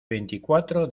veinticuatro